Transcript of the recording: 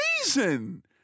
reason